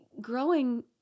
growing